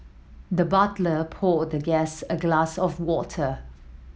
the butler poured the guest a glass of water